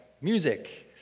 Music